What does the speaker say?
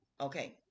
Okay